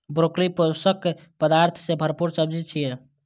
broccoli पोषक पदार्थ सं भरपूर सब्जी छियै